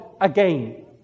again